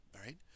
right